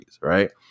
right